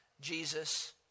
Jesus